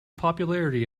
popularity